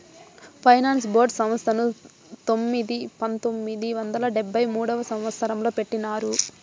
finance board సంస్థను పంతొమ్మిది వందల డెబ్భై మూడవ సంవచ్చరంలో పెట్టినారు